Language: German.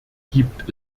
gibt